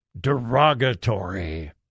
derogatory